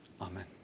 Amen